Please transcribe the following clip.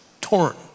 torn